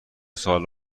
سالم